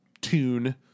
tune